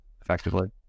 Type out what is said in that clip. effectively